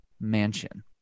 Mansion